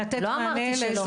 מצד שני הייתה לתת מענה לאזור